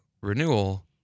renewal